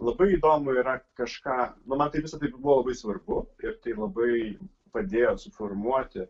labai įdomu yra kažką nu man tai visada buvo labai svarbu ir tai labai padėjo suformuoti